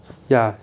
ya